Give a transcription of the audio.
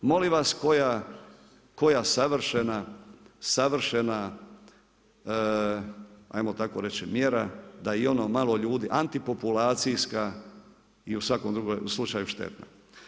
Molim vas koja savršena ajmo tako reći, mjera da i ono malo ljudi, antipopulacijska, i u svakom drugom slučaju štetna.